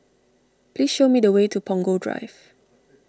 please show me the way to Punggol Drive